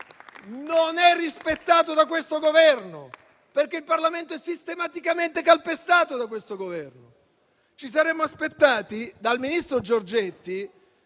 non è rispettato da questo Governo, perché il Parlamento è sistematicamente calpestato da questo Governo. Vorrei ricordare al ministro Giorgetti